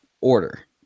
order